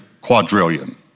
quadrillion